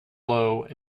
lough